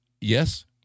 Yes